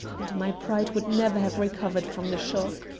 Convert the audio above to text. and my pride would never have recovered from the shock.